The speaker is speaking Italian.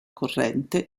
corrente